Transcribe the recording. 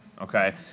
okay